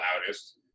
loudest